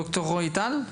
זה ד"ר רועי טל?